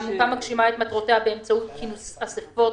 העמותה מגשימה את מטרותיה באמצעות כינוס אספות,